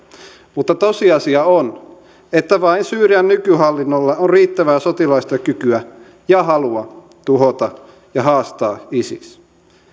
mutta tosiasia on että vain syyrian nykyhallinnolla on riittävää sotilaallista kykyä ja halua tuhota ja haastaa isis